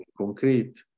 concrete